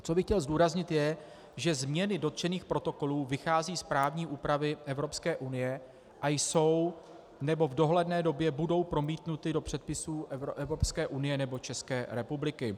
Co bych chtěl zdůraznit, je, že změny dotčených protokolů vycházejí z právní úpravy Evropské unie a jsou nebo v dohledné době budou promítnuty do předpisů Evropské unie nebo České republiky.